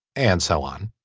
and so on